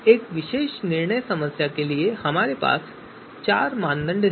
इस विशेष निर्णय समस्या के लिए हमारे पास चार मानदंड हैं